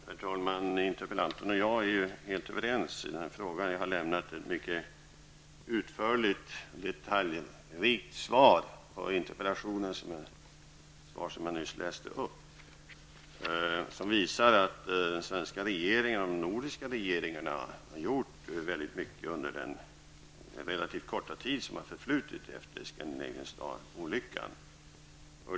Herr talman! Interpellanten och jag är helt överens i den här frågan. Jag har lämnat ett mycket utförligt och detaljrikt interpellationssvar, som jag nyss läste upp och som visar att svenska regeringen och de nordiska regeringarna har gjort mycket under den relativt korta tid som har förflutit efter Scandinavian Star-olyckan.